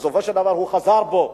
בסופו של דבר הוא חזר בו.